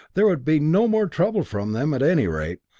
there would be no more trouble from them, at any rate!